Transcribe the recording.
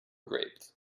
grapes